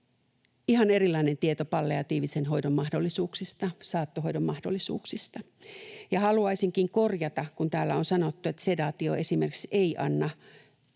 ihan erilainen tieto palliatiivisen hoidon mahdollisuuksista, saattohoidon mahdollisuuksista. Haluaisinkin korjata, kun täällä on sanottu, että esimerkiksi sedaatio